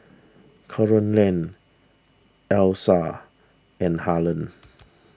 Carolann Allyssa and Harland